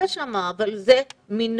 יש שם, אבל זה מינורי.